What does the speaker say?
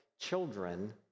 children